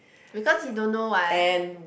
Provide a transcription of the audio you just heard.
because he don't know what